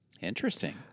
Interesting